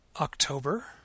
October